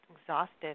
exhausted